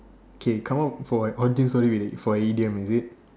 okay come up for an sorry for an idiom is it